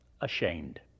ashamed